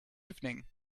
evening